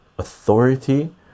Authority